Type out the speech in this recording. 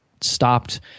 stopped